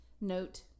note